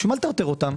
למה לטרטר אותם?